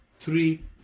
three